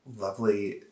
lovely